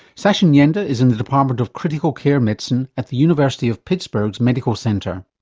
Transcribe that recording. sachin yende is in the department of critical care medicine at the university of pittsburgh's medical center.